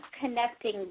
connecting